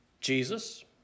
Jesus